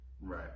Right